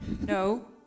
No